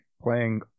playing